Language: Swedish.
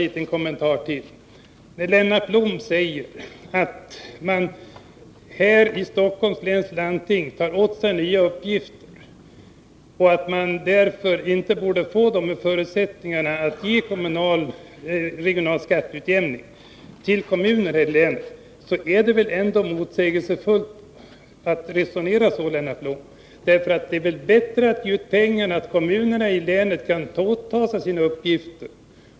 Det är väl ändå motsägelsefullt av Lennart Blom att säga att Stockholms läns landsting åtar sig nya uppgifter och därför inte bör få förutsättningar att hjälpa kommuner i länet samt därmed bidra till att åstadkomma regional skatteutjämning. Det är väl bättre att ge pengar till kommunerna så att dessa kan åta sig olika uppgifter.